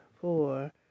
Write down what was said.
four